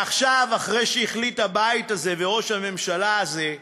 ועכשיו, אחרי שהחליט הבית הזה, וראש הממשלה הזה,